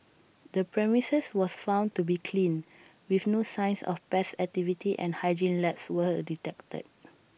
the premises was found to be clean with no signs of best activity and hygiene lapse were detected